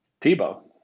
Tebow